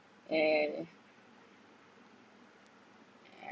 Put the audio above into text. yeah ya